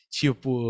tipo